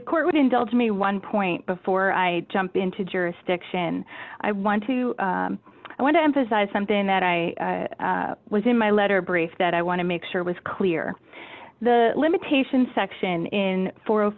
court would indulge me one point before i jump into jurisdiction i want to i want to emphasize something that i was in my letter brief that i want to make sure was clear the limitation section in four